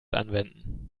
anwenden